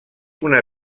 una